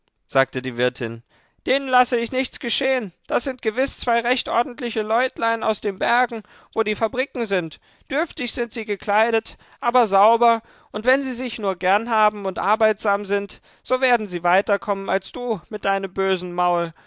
sagte die wirtin denen lasse ich nichts geschehen das sind gewiß zwei recht ordentliche leutlein aus den bergen wo die fabriken sind dürftig sind sie gekleidet aber sauber und wenn sie sich nur gernhaben und arbeitsam sind so werden sie weiter kommen als du mit deinem bösen maul